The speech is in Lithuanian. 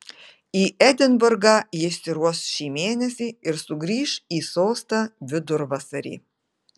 į edinburgą ji išsiruoš šį mėnesį ir sugrįš į sostą vidurvasarį